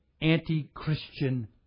anti-Christian